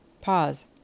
Pause